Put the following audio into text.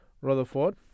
Rutherford